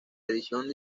edición